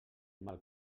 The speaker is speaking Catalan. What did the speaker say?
mal